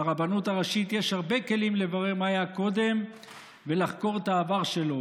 לרבנות הראשית יש הרבה כלים לברר מה היה קודם ולחקור את העבר שלו,